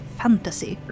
fantasy